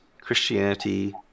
christianity